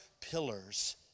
pillars